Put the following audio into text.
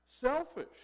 selfish